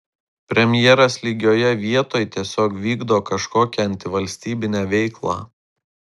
premjeras lygioje vietoj tiesiog vykdo kažkokią antivalstybinę veiklą